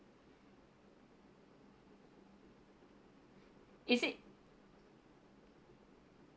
is it